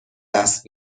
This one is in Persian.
دست